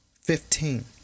Fifteen